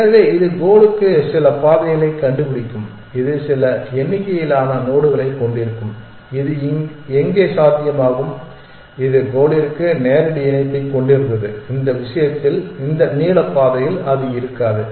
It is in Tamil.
எனவே இது கோலுக்கு சில பாதைகளைக் கண்டுபிடிக்கும் இது சில எண்ணிக்கையிலான நோடுகளைக் கொண்டிருக்கும் இது எங்கே சாத்தியமாகும் இது கோலிற்கு நேரடி இணைப்பைக் கொண்டிருந்தது இந்த விஷயத்தில் இந்த நீள பாதையில் அது இருக்காது